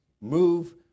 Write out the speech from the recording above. move